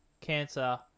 cancer